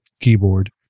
keyboard